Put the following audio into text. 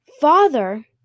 father